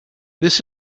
this